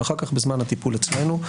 ואחר כך בזמן הטיפול אצלנו.